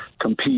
compete